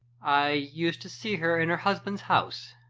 i used to see her in her husband's house.